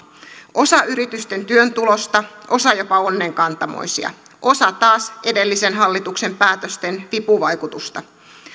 osa yritysten työn tulosta osa jopa onnenkantamoisia osa taas edellisen hallituksen päätösten vipuvaikutusta